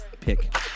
pick